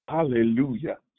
Hallelujah